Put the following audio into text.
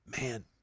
man